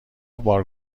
بار